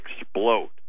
explode